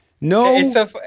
No –